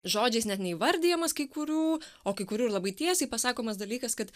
žodžiais net neįvardijamas kai kurių o kai kurių ir labai tiesiai pasakomas dalykas kad